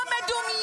מי שומר על המדינה